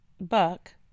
Buck